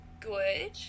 good